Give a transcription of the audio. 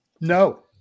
No